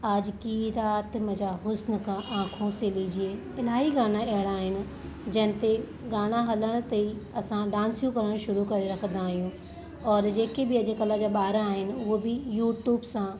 आज की रात मज़ा हुस्न का आंखो से लीजिए इलाही गाना अहिड़ा आहिनि जंहिं ते गाना हलण ते असां डांसियूं करणु शुरू करे रखंदा आहियूं और जेके बि अॼु कल्ह जा ॿार आहिनि उहो बि यूट्यूब सां